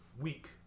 week